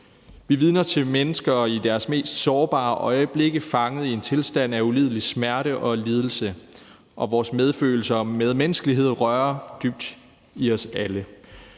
er vidner til mennesker i deres mest sårbare øjeblikke fanget i en tilstand af ulidelig smerte og lidelse, og vores medfølelse og medmenneskelighed rører os alle